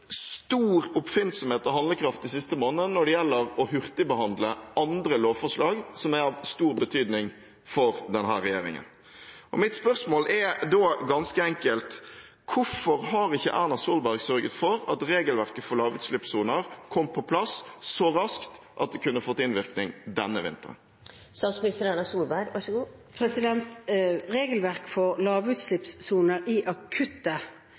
stor oppfinnsomhet og handlekraft de siste månedene når det gjelder å hurtigbehandle andre lovforslag som er av stor betydning for denne regjeringen. Mitt spørsmål er ganske enkelt: Hvorfor har ikke Erna Solberg sørget for at regelverket for lavutslippssoner kom på plass så raskt at det kunne fått innvirkning denne